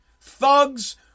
thugs